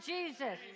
Jesus